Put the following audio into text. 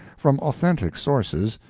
from authentic sources,